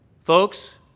Folks